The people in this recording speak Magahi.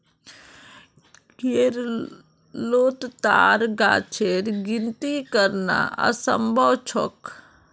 केरलोत ताड़ गाछेर गिनिती करना असम्भव छोक